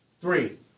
three